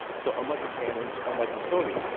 so unlike the cannon's, unlike the sony's,